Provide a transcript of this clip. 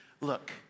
look